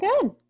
good